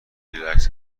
ریلکس